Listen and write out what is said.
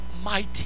Mighty